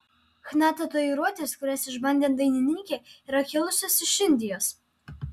chna tatuiruotės kurias išbandė dainininkė yra kilusios iš indijos